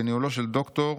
בניהולו של ד"ר